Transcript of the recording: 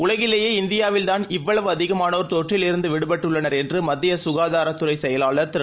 உலகிலேயேஇந்தியாவில்தான்இவ்வளவுஅதிகமானோர்தொற்றில்இருந்துவிடுபட்டுள்ளனர்எ ன்றுமத்தியசுகாதாரத்துறைசெயலாளர்திரு